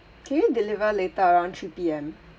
can you deliver later around three P_M